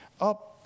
up